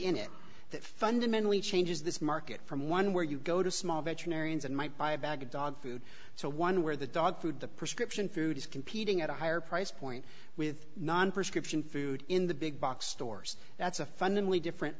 in it that fundamentally changes this market from one where you go to small veterinarians and might buy a bag of dog food so one where the dog food the prescription food is competing at a higher price point with non prescription food in the big box stores that's a fundamentally different